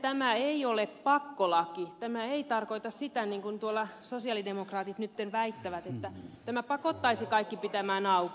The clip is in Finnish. tämä ei ole pakkolaki tämä ei tarkoita sitä niin kuin tuolla sosialidemokraatit nyt väittävät että tämä pakottaisi kaikki pitämään kaupat auki